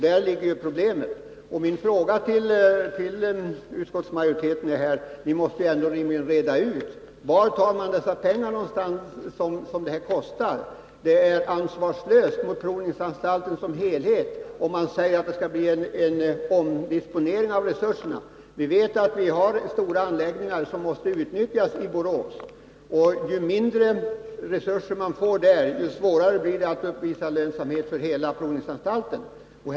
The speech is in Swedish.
Däri ligger problemet. Utskottsmajoriteten måste väl kunna reda ut varifrån pengarna skall tas. När det gäller provningsanstalten är det ansvarslöst att bara påstå att det skall bli en omdisponering av resurserna. Vi vet att det finns stora anläggningar i Borås som måste utnyttjas. Ju mindre resurser man får där, desto svårare blir det att uppvisa lönsamhet för provningsanstalten i dess helhet.